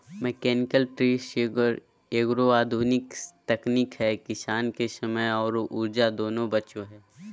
mechanical tree shaker एगो आधुनिक तकनीक है किसान के समय आरो ऊर्जा दोनों बचो हय